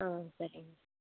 ஆ சரிம்மா